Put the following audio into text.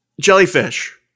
Jellyfish